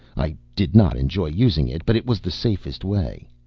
i did not enjoy using it, but it was the safest way.